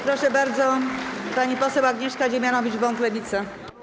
Proszę bardzo, pani poseł Agnieszka Dziemianowicz-Bąk, Lewica.